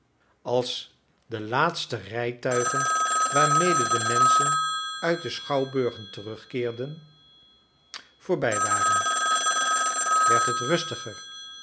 als de laatste rijtuigen waarmede de menschen uit de schouwburgen terugkeerden voorbij waren werd het rustiger